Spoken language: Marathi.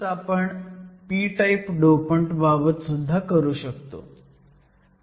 हेच आपण p टाईप डोपंट बाबत सुद्धा करू शकतो